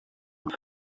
code